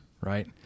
right